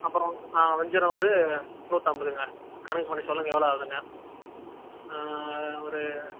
அப்புறம் ஆ வஞ்சிரம் ஒரு நூற்றைம்பதுங்க கணக்கு பண்ணி சொல்லுங்கள் எவ்வளோ ஆகுதுன்னு ஒரு